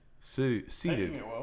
Seated